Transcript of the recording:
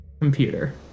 computer